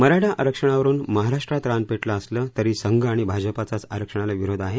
मराठा आरक्षणावरुन महाराष्ट्रात रान पेटलं असलं तरी संघ आणि भाजपाचाच आरक्षणाला विरोध आहे